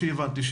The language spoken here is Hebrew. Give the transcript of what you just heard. לפי מה שהבנתי,